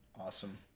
awesome